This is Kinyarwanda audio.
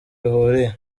bihuriye